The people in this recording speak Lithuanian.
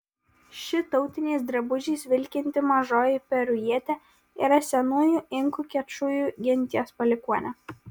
ši tautiniais drabužiais vilkinti mažoji perujietė yra senųjų inkų kečujų genties palikuonė